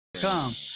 come